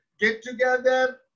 get-together